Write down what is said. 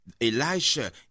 Elisha